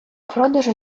продажу